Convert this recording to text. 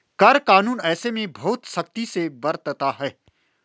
कर कानून ऐसे में बहुत सख्ती भी बरतता है